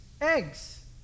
eggs